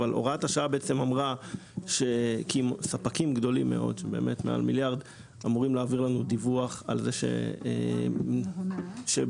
ואמרה שספקים גדולים מאוד אמורים להעביר לנו דיווח על כך שבכל